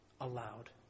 allowed